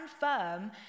firm